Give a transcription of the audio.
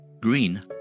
Green